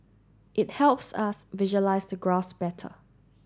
it helps us visualize the graphs better